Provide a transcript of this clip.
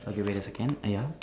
okay wait a second err ya